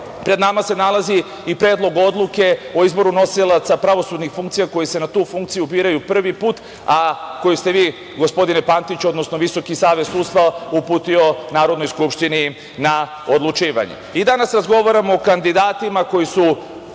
pred nama se nalazi i predlog odluke o izboru nosilaca pravosudnih funkcija koji se na tu funkciju biraju prvi put, a koju ste vi gospodine Pantiću, odnosno VSS, uputio Narodnoj Skupštini na odlučivanje.I danas razgovaramo o kandidatima koji su